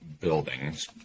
buildings